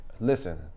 Listen